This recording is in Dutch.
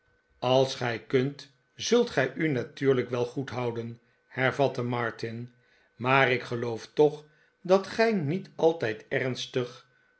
als gij kunt zult gij u natuurlijk wel goedhouden hervatte martin maar ik geloof toch dat gij niet altijd ernstig